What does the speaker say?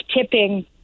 tipping